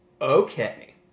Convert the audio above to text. Okay